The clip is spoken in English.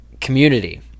community